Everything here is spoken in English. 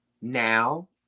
Now